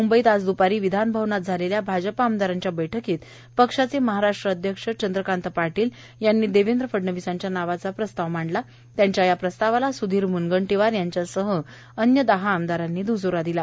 मुंबईत आज द्रपारी विघानभवनात झालेल्या भाजपा आमदारांच्या बैठकीत पक्षाचे महाराष्ट्र अध्यक्ष चंद्रकांत पावील यांवी देवेंद्र फडणवीसांव्या वावाचा प्रस्ताव मांडला त्यांच्या या प्रस्तावाला सुद्यीर मुंबगंदीवार यांच्यासह अन्य दहा आमदारांनी दुजोरा दिला